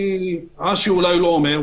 אשי אולי לא אומר,